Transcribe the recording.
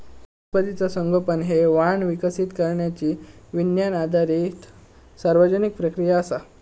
वनस्पतीचा संगोपन हे वाण विकसित करण्यची विज्ञान आधारित सर्जनशील प्रक्रिया असा